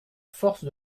force